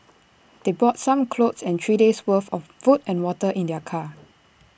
they brought some clothes and three days' worth of food and water in their car